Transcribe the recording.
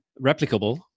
replicable